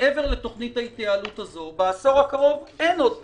מעבר לתוכנית ההתייעלות הזאת בעשור הקרוב אין עוד פיטורים?